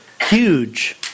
huge